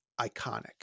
iconic